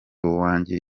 uwanjye